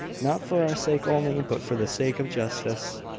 not for our sake only, but for the sake of justice.